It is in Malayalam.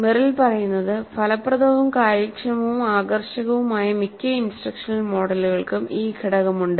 മെറിൽ പറയുന്നത് "ഫലപ്രദവും കാര്യക്ഷമവും ആകർഷകവുമായ മിക്ക ഇൻസ്ട്രക്ഷണൽ മോഡലുകൾക്കും ഈ ഘടകമുണ്ട്